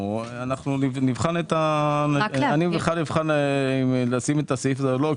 אני אבחן אם לשים את הסעיף הזה או לא,